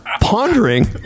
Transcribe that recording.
pondering